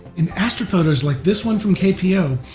in astrophotos like this one from kpo,